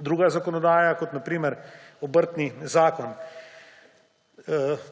druga zakonodaja, kot na primer Obrtni zakon.